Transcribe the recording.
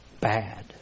Bad